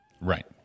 Right